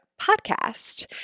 podcast